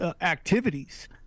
activities